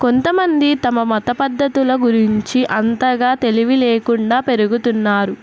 కొంతమంది తమ మత పద్ధతుల గురించి అంతగా తెలివి లేకుండా పెరుగుతున్నారు